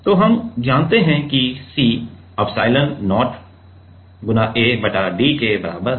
तो हम जानते हैं कि C एप्सिलोन0 A बटा d के बराबर है